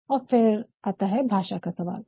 और फिर भाषा का सवाल आता हैं